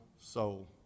soul